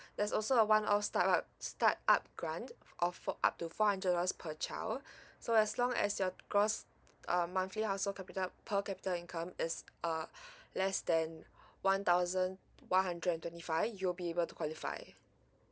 there's also a one off start up start up grant off~ for up to four hundred dollars per child so as long as your gross uh monthly household capita per capita income is uh less than one thousand one hundred and twenty five you'll be able to qualify